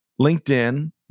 LinkedIn